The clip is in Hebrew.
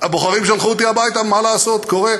והבוחרים שלחו אותי הביתה, מה לעשות, קורה.